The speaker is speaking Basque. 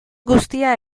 guztia